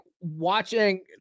watching